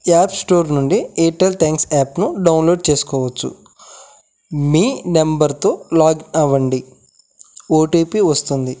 app store నుండి Airtel Thanks యాప్ను download చేసుకోవచ్చు మీ నెంబర్తో లాగిన్ అవ్వండి ఓ టీ పీ వస్తుంది